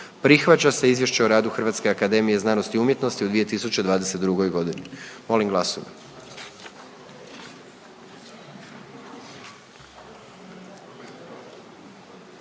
Prihvaća se Izvješće o radu Hrvatske akademije znanosti i umjetnosti u 2022.g.“. Molim glasujmo.